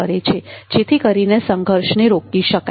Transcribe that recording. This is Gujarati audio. કરે છે જેથી કરીને સંઘર્ષને રોકી શકાય